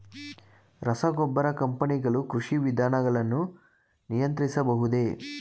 ರಸಗೊಬ್ಬರ ಕಂಪನಿಗಳು ಕೃಷಿ ವಿಧಾನಗಳನ್ನು ನಿಯಂತ್ರಿಸಬಹುದೇ?